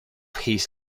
his